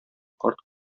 карт